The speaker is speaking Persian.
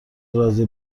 رازی